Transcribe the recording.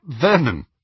Vernon